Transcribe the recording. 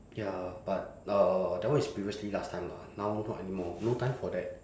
ya but uh that one is previously last time lah now not anymore no time for that